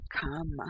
come